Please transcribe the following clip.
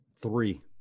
Three